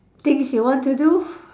things you want to do